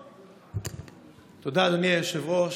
תודה, אדוני היושב-ראש.